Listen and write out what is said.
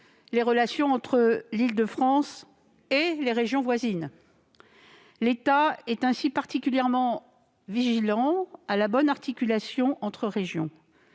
les relations entre l'Île-de-France et les régions voisines. L'État est ainsi particulièrement vigilant à la bonne articulation entre régions.